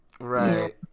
Right